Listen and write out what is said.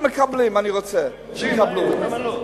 אני רוצה שיקבלו.